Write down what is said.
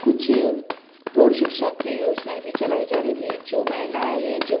कुछ प्रौढ़ शिक्षा की योजनाएँ भी चलाई जा रही थी जो महिलाएँ या जो